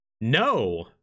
no